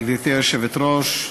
גברתי היושבת-ראש,